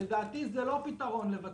לדעתי הביטול של זה הוא לא פתרון.